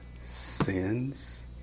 sins